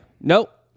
Nope